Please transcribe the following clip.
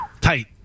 Tight